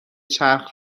چرخ